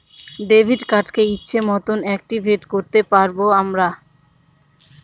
debit কার্ডকে ইচ্ছে মতন অ্যাকটিভেট করতে আমরা পারবো